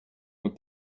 what